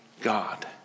God